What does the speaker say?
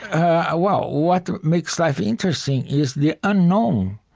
ah ah well, what makes life interesting is the unknown.